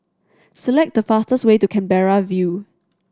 select the fastest way to Canberra View